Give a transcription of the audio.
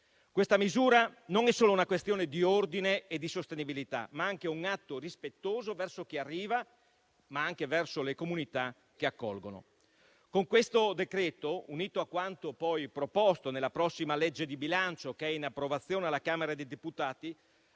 Questa misura non è solo una questione di ordine e di sostenibilità. È anche un atto rispettoso verso chi arriva, ma anche verso le comunità che accolgono. Con il decreto-legge in esame, unitamente a quanto proposto nella prossima manovra di bilancio in approvazione alla Camera dei deputati,